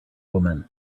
woman